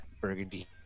burgundy